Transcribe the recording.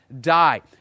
die